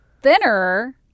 thinner